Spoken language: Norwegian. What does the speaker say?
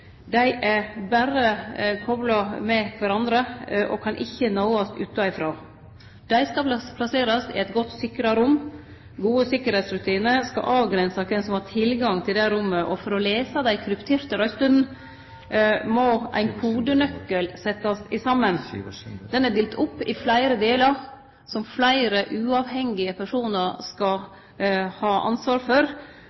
Dei er berre kopla med kvarandre og kan ikkje nåast utanfrå. Dei skal plasserast i eit godt sikra rom, og gode sikkerheitsrutinar skal avgrense kven som har tilgang til det rommet. For å lese dei krypterte røystene må ein setje saman ein kodenøkkel. Den er delt opp i fleire delar som fleire uavhengige personar skal